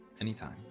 Anytime